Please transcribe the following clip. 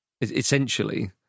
essentially